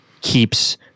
keeps